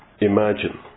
imagine